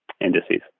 indices